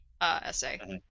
essay